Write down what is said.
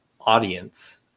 audience